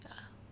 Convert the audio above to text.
ya